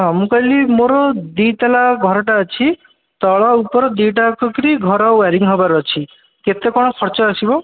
ହଁ ମୁଁ କହିଲି ମୋର ଦୁଇ ତାଲା ଘରଟେ ଅଛି ତଳ ଉପର ଦି'ଟା ଯାକ କରି ଘର ୱାରିଙ୍ଗ୍ ହେବାର ଅଛି କେତେ କ'ଣ ଖର୍ଚ୍ଚ ଆସିବ